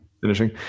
finishing